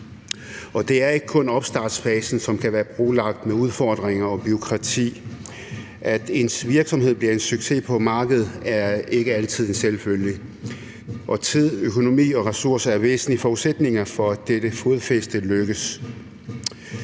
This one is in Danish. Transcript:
Det er ikke kun i opstartsfasen, som kan være brolagt med udfordringer og bureaukrati. At ens virksomhed bliver en succes på markedet, er ikke altid en selvfølge, og tid, økonomi og ressourcer er væsentlige forudsætninger for, at dette fodfæste lykkes.